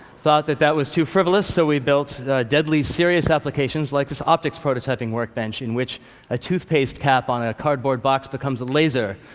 thought that that was too frivolous, so we built deadly serious applications like this optics prototyping workbench in which a toothpaste cap on a cardboard box becomes a laser.